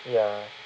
ya